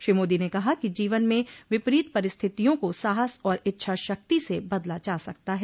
श्री मोदी ने कहा कि जीवन में विपरीत परिस्थितियां को साहस और इच्छा शक्ति से बदला जा सकता है